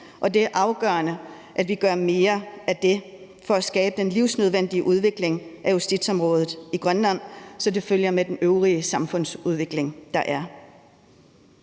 og det er afgørende, at vi gør mere af det for at skabe den livsnødvendige udvikling af justitsområdet i Grønland, så det følger med den øvrige samfundsudvikling, der er.